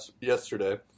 yesterday